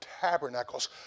Tabernacles